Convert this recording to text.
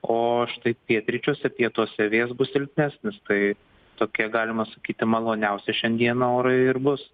o štai pietryčiuose pietuose vėjas bus silpnesnis tai tokie galima sakyti maloniausi šiandieną orai ir bus